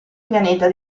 pianeta